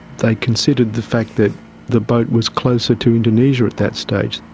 they considered the fact that the boat was closer to indonesia at that stage.